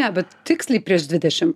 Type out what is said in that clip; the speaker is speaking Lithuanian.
ne bet tiksliai prieš dvidešim